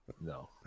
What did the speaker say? No